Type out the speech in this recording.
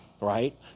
right